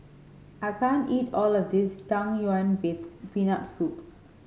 I can't eat all of this Tang Yuen with Peanut Soup